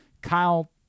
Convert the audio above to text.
Kyle